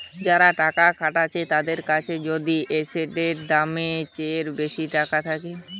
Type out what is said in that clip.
যারা টাকা খাটাচ্ছে তাদের কাছে যদি এসেটের দামের চেয়ে বেশি টাকা থাকে